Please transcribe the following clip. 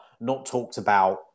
not-talked-about